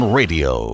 radio